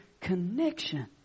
connection